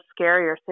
scarier